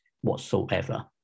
whatsoever